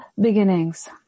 beginnings